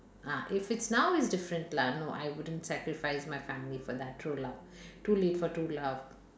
ah if it's now it's different lah no I wouldn't sacrifice my family for that true love too late for true love